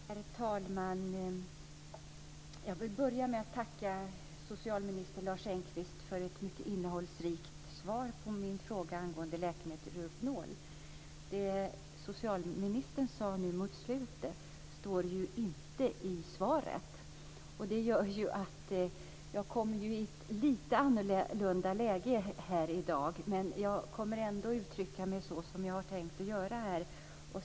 Herr talman! Jag vill börja med att tacka socialminister Lars Engqvist för ett mycket innehållsrikt svar på min fråga angående läkemedlet Rohypnol. Det socialministern sade mot slutet står inte i det svar jag fått. Det gör att jag kommer i ett lite annorlunda läge här i dag. Men jag kommer ändå att uttrycka mig så som jag har tänkt att göra här.